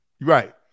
Right